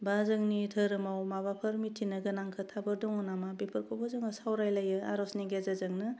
बा जोंनि दोरोमाव माबाफोर मिथिनो गोनां खोथाफोर दङ नामा बेफोरखौबो जोङो सावरायलायो आरजनि गेजेरजोंनो